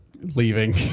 leaving